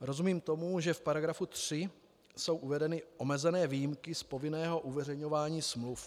Rozumím tomu, že v § 3 jsou uvedeny omezené výjimky z povinného uveřejňování smluv.